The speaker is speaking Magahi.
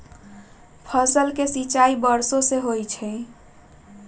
फसल के सिंचाई वर्षो से होई छई